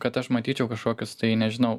kad aš matyčiau kažkokius tai nežinau